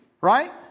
right